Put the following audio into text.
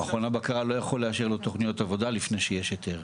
מכון הבקרה לא יכול לאשר לו תוכניות עבודה לפני שיש היתר.